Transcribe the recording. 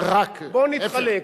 בואו נתחלק,